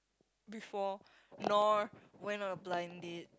before nor went on a blind date